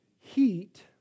heat